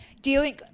Dealing